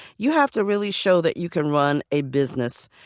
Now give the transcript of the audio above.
you have to really show that you can run a business.